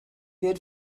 did